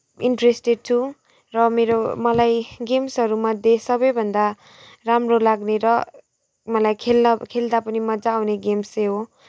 interested छु र मेरो मलाई गेम्सहरूमध्ये सबैभन्दा राम्रो लाग्ने र मलाई खेल्न खेल्दा पनि मजा आउने गेम्स चाहिँ हो